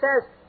says